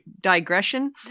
digression